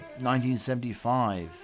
1975